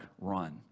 run